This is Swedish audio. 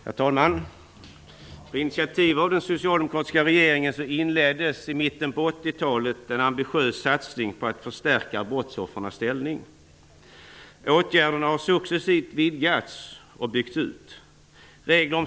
Herr talman! På initiativ av den socialdemokratiska regeringen inleddes i mitten på 1980-talet en ambitiös satsning på att förstärka brottsoffrens ställning. Åtgärderna har successivt vidgats och byggts ut.